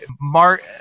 mark